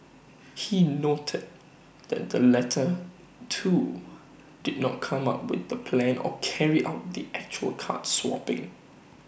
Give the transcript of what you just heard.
he noted that the latter two did not come up with the plan or carry out the actual card swapping